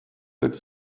that